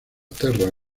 terra